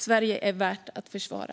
Sverige är värt att försvara.